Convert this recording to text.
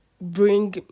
bring